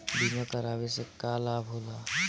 बीमा करावे से का लाभ होला?